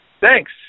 Thanks